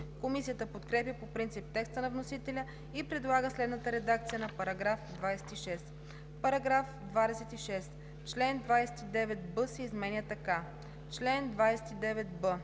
Комисията подкрепя по принцип текста на вносителя и предлага следната редакция на § 26: „§ 26. Член 29б се изменя така: „Чл. 29б.